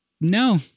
no